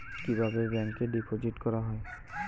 কিভাবে ব্যাংকে ডিপোজিট করা হয়?